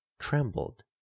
Trembled